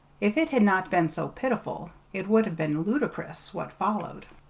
if it had not been so pitiful, it would have been ludicrous what followed.